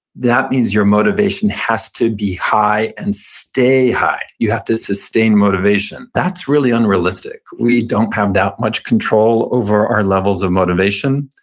that means your motivation has to be high and stay high. you have to sustain motivation. that's really unrealistic. we don't have that much control over our levels of motivation,